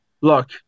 look